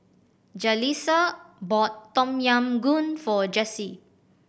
Jaleesa bought Tom Yam Goong for Jessye